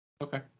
Okay